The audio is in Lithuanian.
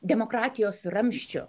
demokratijos ramsčiu